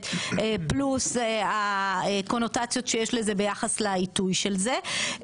פלוס הקונוטציות שיש לזה ביחס לעיתוי של זה,